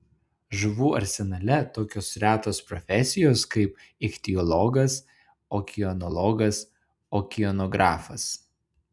žuvų arsenale tokios retos profesijos kaip ichtiologas okeanologas okeanografas